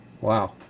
Wow